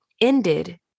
ended